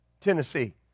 Tennessee